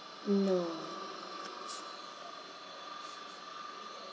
no